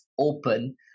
open